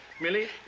Millie